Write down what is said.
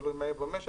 תלוי מה יהיה במשק,